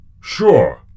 sure